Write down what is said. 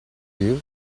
you